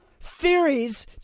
Theories